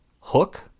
hook